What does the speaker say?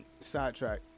Sidetrack